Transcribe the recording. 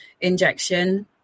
injection